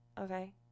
okay